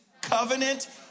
covenant